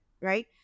right